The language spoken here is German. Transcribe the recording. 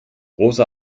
rosa